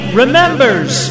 remembers